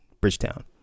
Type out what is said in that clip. Bridgetown